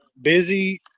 Busy